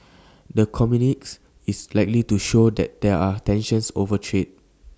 the communique is likely to show that there are tensions over trade